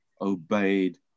obeyed